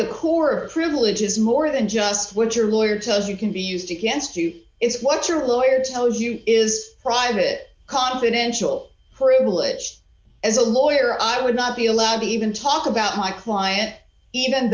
the core privilege is more than just what your lawyer tells you can be used against you is what your lawyer tells you is private confidential privileged as a lawyer i would not be allowed to even talk about my client even